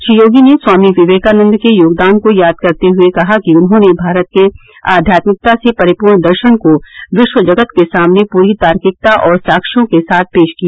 श्री योगी ने स्वामी विवेकानन्द के योगदान को याद करते हुए कहा कि उन्होंने भारत के आध्यात्मिकता से परिपूर्ण दर्शन को विश्व जगत के सामने पूरी तार्किकता और साक्ष्यों के साथ पेश किया